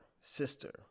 sister